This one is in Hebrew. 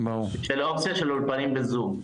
לכן האופציה של האולפנים בזום.